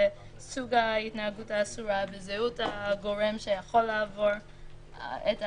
סוג ההתנהגות האסורה וזהות הגורם שיכול לעבור את העבירה,